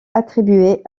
attribuée